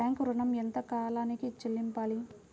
Bank ఋణం ఎంత కాలానికి చెల్లింపాలి?